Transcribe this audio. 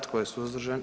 Tko je suzdržan?